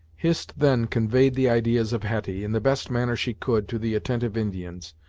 hist then conveyed the ideas of hetty, in the best manner she could, to the attentive indians,